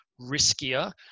riskier